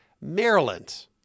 Maryland